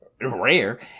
rare